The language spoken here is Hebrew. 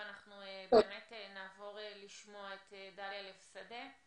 אנחנו נעבור לשמוע את דליה לב שדה,